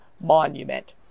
monument